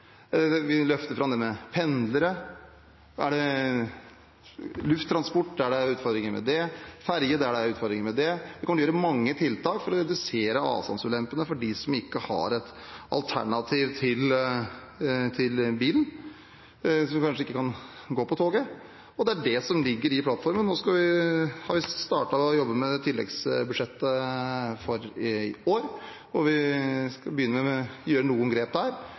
Vi løfter fram det med pendlere, lufttransport der det er utfordringer med det, ferje der det er utfordringer med det – vi kommer til å gjøre mange tiltak for å redusere avstandsulempene for dem som ikke har et alternativ til bilen, som kanskje ikke kan ta toget. Det er det som ligger i plattformen. Nå har vi startet å jobbe med tilleggsbudsjettet for i år. Vi skal begynne med å gjøre noen grep der